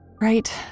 Right